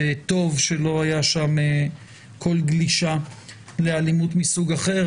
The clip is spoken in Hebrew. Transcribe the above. וטוב שלא הייתה שם כל גלישה לאלימות מסוג אחר,